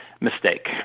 Mistake